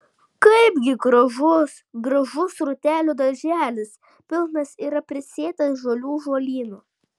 kaipgi gražus gražus rūtelių darželis pilnas yra prisėtas žalių žolynų